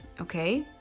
okay